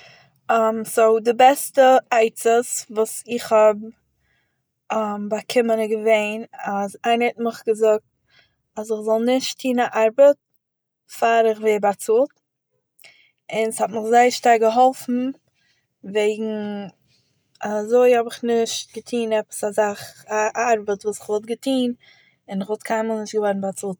סאו די בעסטע עצות וואס איך האב באקומען איז געווען אז איינע האט מיך געזאגט אז איך זאל נישט טוהן א ארבעט פאר איך ווער באצאלט, און ס'האט מיר זייער שטארק געהאלפן וועגן, אזוי האב איך נישט געטוהן עפעס א זאך- א ארבעט וואס איך וואלט געטוהן און איך וואלט קיינמאל נישט געווארן באצאלט פאר עס